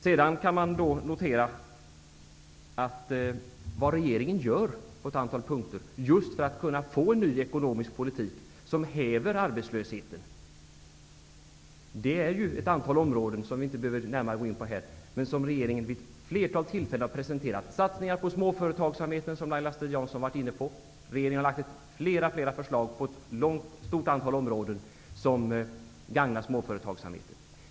Vidare är att notera att vad regeringen på ett antal punkter gör, just för att åstadkomma en ny ekonomisk politik som häver arbetslösheten, är åtgärder på ett antal områden som vi inte närmare behöver gå in på här men som regeringen vid ett flertal tillfällen har presenterat. Det gäller satsningar på småföretagsamheten -- en fråga som Laila Strid-Jansson varit inne på -- och regeringens många förslag på ett stort antal områden som gagnar småföretagsamheten.